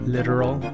Literal